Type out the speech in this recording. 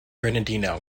bernardino